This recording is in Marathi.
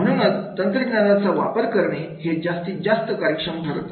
म्हणूनच तंत्रज्ञानाचा वापर करणे हे जास्तीत जास्त कार्यक्षम ठरत आहे